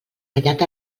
tallat